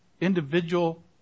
individual